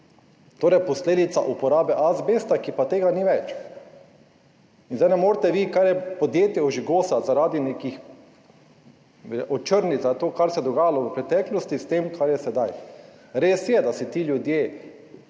torej posledice uporabe azbesta, česar pa ni več. In zdaj ne morete vi kar podjetja ožigosati, očrniti zaradi tega, kar se je dogajalo v preteklosti, s tem, kar je sedaj. Res je, da si ti ljudje